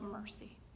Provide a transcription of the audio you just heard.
mercy